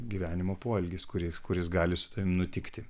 gyvenimo poelgis kuris kuris gali nutikti